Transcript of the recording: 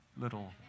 little